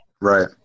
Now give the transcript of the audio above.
Right